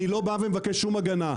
אני לא מבקש שום הגנה.